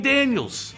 Daniels